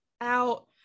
out